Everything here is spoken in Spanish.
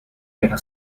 pero